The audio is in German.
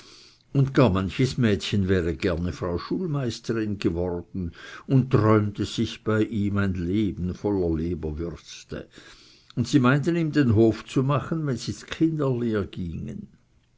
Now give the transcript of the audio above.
und gar manches mädchen wäre gerne frau schulmeisterin geworden und träumte sich bei ihm ein leben voller leberwürste und sie meinten ihm den hof zu machen wenn sie z'kinderlehr gingen